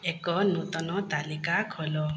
ଏକ ନୂତନ ତାଲିକା ଖୋଲ